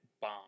bomb